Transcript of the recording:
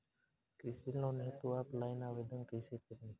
कृषि लोन हेतू ऑफलाइन आवेदन कइसे करि?